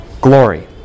glory